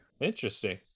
Interesting